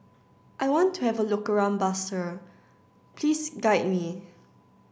I want to have a look around Basseterre please guide me